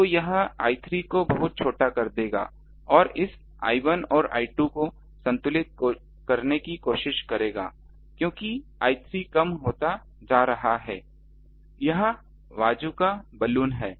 तो यह I3 को बहुत छोटा कर देगा और इस I1 और I2 को संतुलित करने की कोशिश करेगा क्योंकि I3 कम होता जा रहा है यह बाज़ूका बलून है